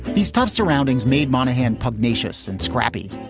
these tough surroundings made monahan pugnacious and scrappy,